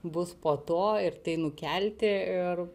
bus po to ir tai nukelti ir